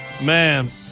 man